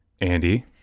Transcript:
andy